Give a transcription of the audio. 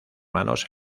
manos